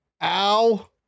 ow